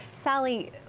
sally,